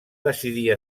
decidir